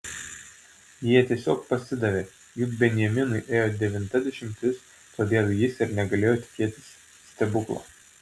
jie tiesiog pasidavė juk benjaminui ėjo devinta dešimtis todėl jis ir negalėjo tikėtis stebuklo